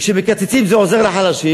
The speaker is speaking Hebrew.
וכשמקצצים זה עוזר לחלשים.